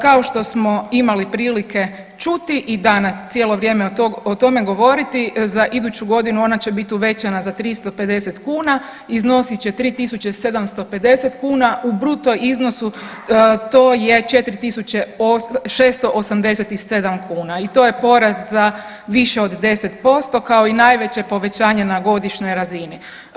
Kao što smo imali prilike čuti i danas cijelo vrijeme o tome govoriti za iduću godinu ona će biti uvećana za 350 kuna iznosit će 3.750 kuna u bruto iznosu to je 4.687 kuna i to je porast za više od 10% kao i najveće povećanje na godišnjoj razini.